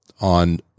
on